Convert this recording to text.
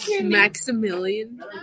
Maximilian